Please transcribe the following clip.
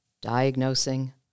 diagnosing